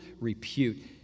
repute